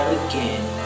again